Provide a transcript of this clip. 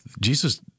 Jesus